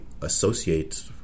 associate